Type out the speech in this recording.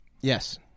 Yes